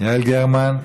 יעל גרמן,